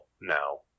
No